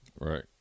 Right